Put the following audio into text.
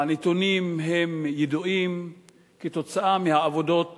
הנתונים ידועים כתוצאה מהעבודות